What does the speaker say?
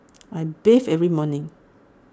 I bathe every morning